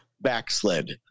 backslid